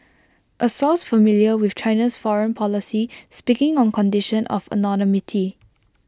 A source familiar with China's foreign policy speaking on condition of anonymity